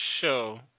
show